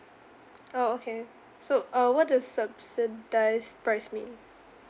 oh okay so uh what does subsidised price mean